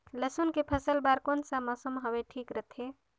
लसुन के फसल बार कोन सा मौसम हवे ठीक रथे?